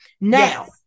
Now